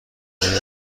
آیا